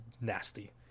nasty